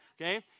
okay